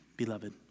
Beloved